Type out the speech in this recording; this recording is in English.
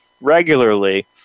regularly